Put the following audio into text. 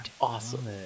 Awesome